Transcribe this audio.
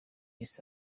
east